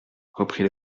reprit